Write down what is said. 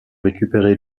récupérer